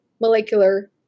molecular